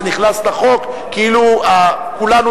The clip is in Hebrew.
זה נכנס לחוק כאילו כולנו